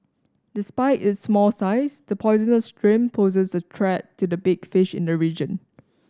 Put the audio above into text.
despite its small size the poisonous shrimp poses a threat to the big fish in the region